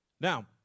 Now